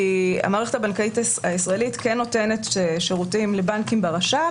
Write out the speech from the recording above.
כי המערכת הבנקאית הישראלית כן נותנת שירותים לבנקים ברש"פ.